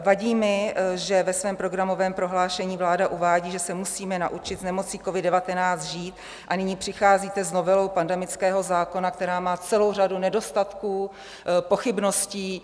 Vadí mi, že ve svém programovém prohlášení vláda uvádí, že se musíme naučit s nemocí covid19 žít, a nyní přicházíte novelou pandemického zákona, která má celou řadu nedostatků, pochybností.